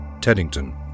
Teddington